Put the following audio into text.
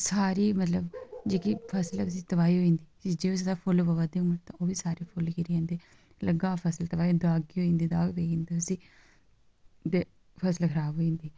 सारी मतलब जेह्की फसल दी तबाही होई जंदी जे उस दे फुल्ल प'वा दे होन ओह् बी सारे फुल्ल किरी जंदे लग्गी दी फसल तबाह् होई जंदीदी दाग पेई जंदेदे उसी ते फसल खराब होई जंदी